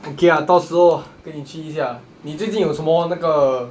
okay ah 到时候跟你去一下你最近有什么那个